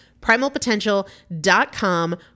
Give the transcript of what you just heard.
Primalpotential.com